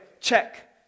Check